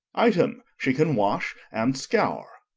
item she can wash and scour